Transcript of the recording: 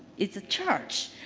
it's a church.